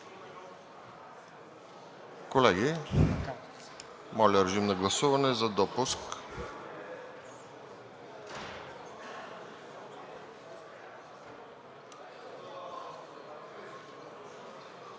Колеги, моля, режим на гласуване за допуск.